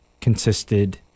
consisted